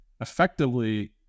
effectively